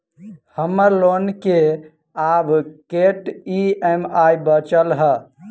हम्मर लोन मे आब कैत ई.एम.आई बचल ह?